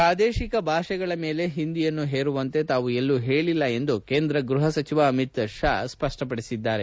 ಪ್ರಾದೇಶಿಕ ಭಾಷೆಗಳ ಮೇಲೆ ಹಿಂದಿಯನ್ನು ಹೇರುವಂತೆ ತಾವು ಎಲ್ಲೂ ಹೇಳಿಲ್ಲ ಎಂದು ಕೇಂದ್ರ ಗ್ಬಹ ಸಚಿವ ಅಮಿತ್ ಶಾ ಸ್ಪಷ್ಟಪದಿಸಿದ್ದಾರೆ